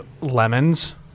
lemons